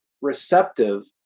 receptive